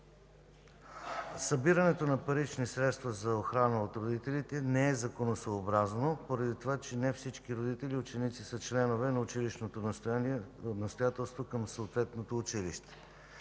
Събирането на парични средства за охрана от родителите не е законосъобразно поради това, че не всички родители и ученици са членове на училищното настоятелство към съответното училище.